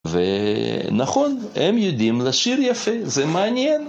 ונכון, הם יודעים לשיר יפה, זה מעניין.